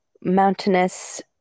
mountainous